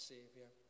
Savior